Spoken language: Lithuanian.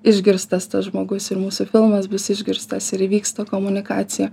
išgirstas tas žmogus ir mūsų filmas bus išgirstas ir įvyks ta komunikacija